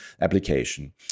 application